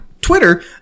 Twitter